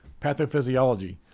Pathophysiology